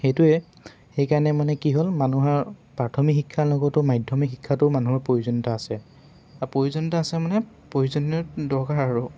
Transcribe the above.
সেইটোৱে সেইকাৰণে মানে কি হ'ল মানুহৰ প্ৰাথমিক শিক্ষাৰ লগতো মাধ্যমিক শিক্ষাটো মানুহৰ প্ৰয়োজনীয়তা আছে আৰু প্ৰয়োজনীয়তা আছে মানে প্ৰয়োজনীয় দৰকাৰ আৰু